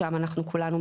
שם אנחנו כולנו,